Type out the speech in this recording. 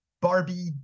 Barbie